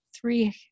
three